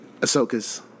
Ahsoka's